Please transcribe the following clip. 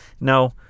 No